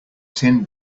tin